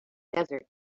desert